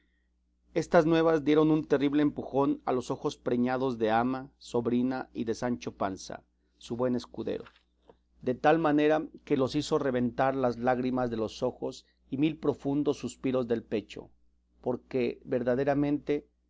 estas nuevas dieron un terrible empujón a los ojos preñados de ama sobrina y de sancho panza su buen escudero de tal manera que los hizo reventar las lágrimas de los ojos y mil profundos suspiros del pecho porque verdaderamente